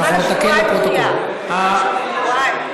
שבועיים.